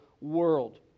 world